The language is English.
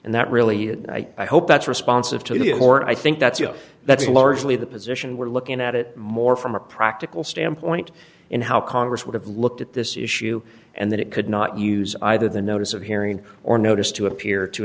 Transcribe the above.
and that really is i hope that's responsive to the more i think that's you know that's largely the position we're looking at it more from a practical standpoint in how congress would have looked at this issue and that it could not use either the notice of hearing or notice to appear to